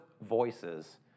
voices